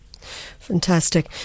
Fantastic